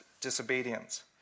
disobedience